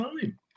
time